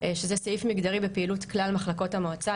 שזה סעיף מגדרי בפעילות כלל מחלקות המועצה,